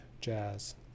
jazz